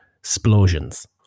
explosions